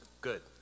Good